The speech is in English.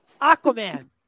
Aquaman